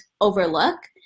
overlook